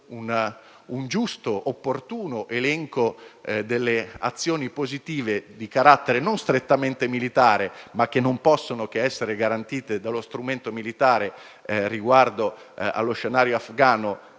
un giusto ed opportuno elenco delle azioni positive di carattere non strettamente militare, ma che non possono che essere garantite dallo strumento militare riguardo allo scenario afgano,